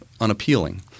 unappealing